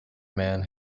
man